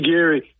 Gary